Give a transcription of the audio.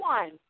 one